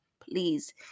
please